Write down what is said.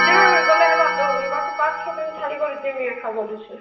ଯିବା ବୋଇଲେ ହେଲା ତ ପାଞ୍ଚ ଛଅ ଦିନି ଛାଡ଼ି କରି ଯିମି ଏଖା ବୋଲୁଛେଁ